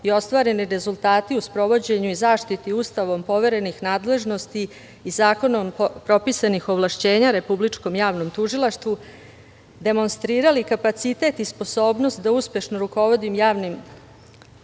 i ostvareni rezultati u sprovođenju i zaštiti Ustavom poverenih nadležnosti i zakonom propisanih ovlašćenja Republičkom javnom tužilaštvu demonstrirali kapacitet i sposobnost da uspešno rukovodim javnim